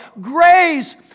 grace